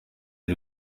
iri